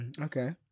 okay